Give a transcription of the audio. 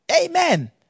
Amen